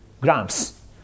grams